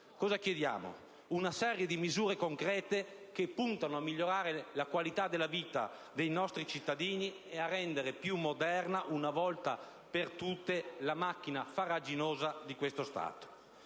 Cosa chiediamo? Una serie di misure concrete che puntino a migliorare la qualità della vita dei nostri cittadini e a rendere più moderna, una volta per tutte, la macchina farraginosa di questo Stato.